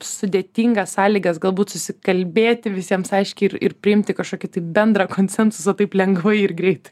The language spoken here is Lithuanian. sudėtingas sąlygas galbūt susikalbėti visiems aiškiai ir ir priimti kažkokį tai bendrą konsensusą taip lengvai ir greitai